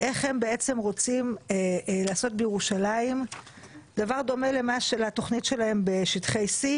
איך הם רוצים לעשות בירושלים דבר דומה לתכנית שלהם בשטחי C,